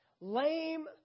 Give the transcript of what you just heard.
lame